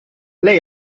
lei